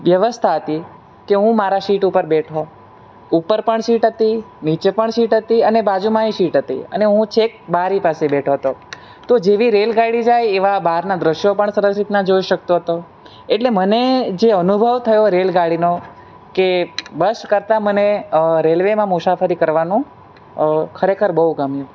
વ્યવસ્થા હતી કે હું મારા સીટ ઉપર બેઠો ઉપર પણ સીટ હતી નીચે પણ સીટ હતી અને બાજુમાંય સીટ હતી અને હું છેક બારી પાસે બેઠો હતો તો જેવી રેલગાડી જાય એવા બારના દૃશ્યો પણ સરસ રીતના જોઈ શકતો હતો એટલે મને જે અનુભવ થયો રેલગાડીનો કે બસ કરતાં મને રેલવેમાં મુસાફરી કરવાનું ખરેખર બહુ ગમ્યું